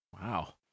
Wow